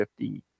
50